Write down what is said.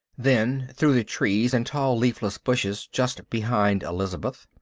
then, through the trees and tall leafless bushes just behind elizabeth,